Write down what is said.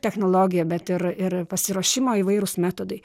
technologija bet ir ir pasiruošimo įvairūs metodai